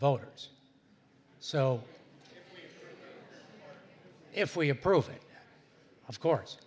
voters so if we approve it of course